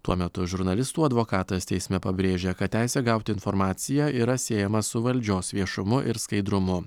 tuo metu žurnalistų advokatas teisme pabrėžia kad teisė gauti informaciją yra siejama su valdžios viešumu ir skaidrumu